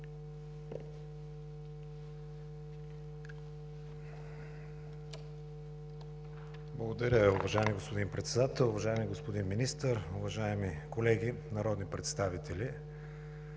Благодаря, уважаеми господин Председател. Уважаеми господин Министър, уважаеми колеги народни представители!